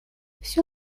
все